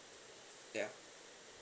ya